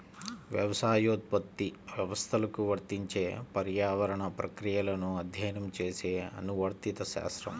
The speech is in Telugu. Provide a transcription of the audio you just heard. వ్యవసాయోత్పత్తి వ్యవస్థలకు వర్తించే పర్యావరణ ప్రక్రియలను అధ్యయనం చేసే అనువర్తిత శాస్త్రం